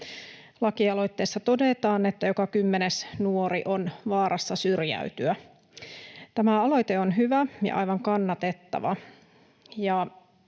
Lakialoitteessa todetaan, että joka kymmenes nuori on vaarassa syrjäytyä. Tämä aloite on hyvä ja aivan kannatettava,